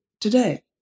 today